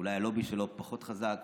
אולי הלובי שלו פחות חזק.